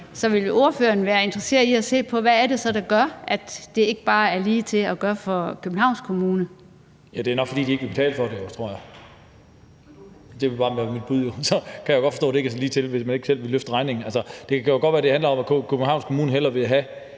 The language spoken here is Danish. Så vil ordføreren være interesseret i at se på, hvad det så er, der gør, at det ikke bare er ligetil at gøre for Københavns Kommune? Kl. 21:12 Forhandling Lars Boje Mathiesen (NB): Det er nok, fordi de ikke vil betale for det, tror jeg. Det vil bare være mit bud. Og jeg kan godt forstå, det ikke er så ligetil, hvis ikke man selv vil betale regningen. Det kan godt være, det handler om, at Københavns Kommune hellere vil have,